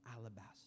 alabaster